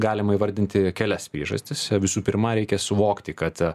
galima įvardinti kelias priežastis visų pirma reikia suvokti kad